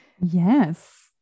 Yes